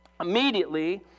Immediately